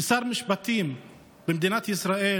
כששר משפטים במדינת ישראל